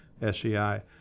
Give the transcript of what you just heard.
SEI